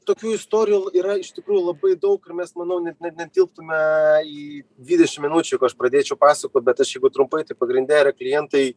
tokių istorijų yra iš tikrųjų labai daug ir mes manau net net netilptume į dvidešim minučių jeigu aš pradėčiau pasakot bet aš jeigu trumpai tai pagrinde yra klientai